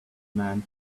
men